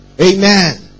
Amen